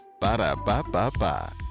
Ba-da-ba-ba-ba